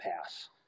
pass